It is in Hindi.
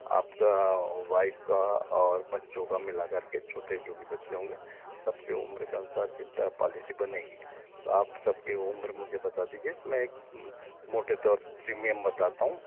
आपका और वाइफ़ का और बच्चों का मिलाकर के छोटे जो भी बच्चे होंगे सबके उम्र के अनुसार जितना पॉलिसी बनेगी तो आप सबकी उम्र मुझे बता दीजिए मैं एक मोटे तौर पे प्रीमियम बताता हूँ